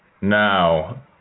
now